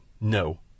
No